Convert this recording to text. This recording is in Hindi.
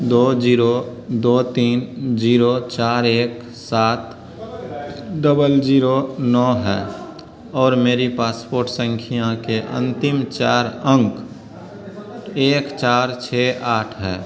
दो जीरो दो तीन जीरो चार एक सात डबल जीरो नौ है और मेरी पासपोर्ट संख्या के अंतिम चार अंक एक चार छः आठ है